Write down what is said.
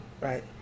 Right